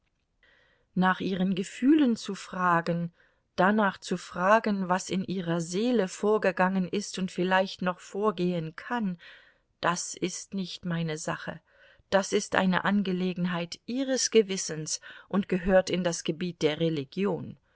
nach ihren gefühlen zu fragen danach zu fragen was in ihrer seele vorgegangen ist und vielleicht noch vorgehen kann das ist nicht meine sache das ist eine angelegenheit ihres gewissens und gehört in das gebiet der religion